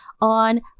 on